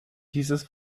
dieses